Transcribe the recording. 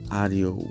audio